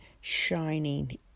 shining